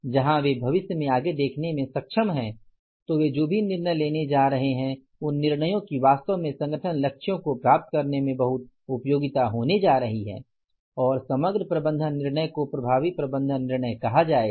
जहां वे भविष्य में आगे देखने में सक्षम हैं तो वे जो भी निर्णय लेने जा रहे हैं उन निर्णयों की वास्तव में संगठन लक्ष्यों को प्राप्त करने में बहुत उपयोगीता होने जा रही है और समग्र प्रबंधन निर्णय को प्रभावी प्रबंधन निर्णय कहा जाएगा